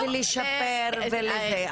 לשפר וזה.